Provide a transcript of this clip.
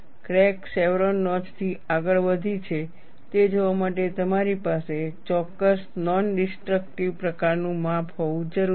crack chevron notch થી આગળ વધી છે તે જોવા માટે તમારી પાસે ચોક્કસ નોન ડીસટ્રક્ટિવ પ્રકારનું માપ હોવું જરૂરી છે